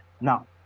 Now